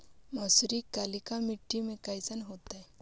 मसुरी कलिका मट्टी में कईसन होतै?